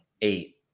eight